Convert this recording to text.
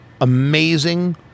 amazing